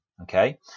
Okay